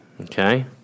Okay